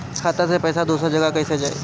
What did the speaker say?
खाता से पैसा दूसर जगह कईसे जाई?